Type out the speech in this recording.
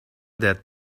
that